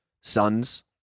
sons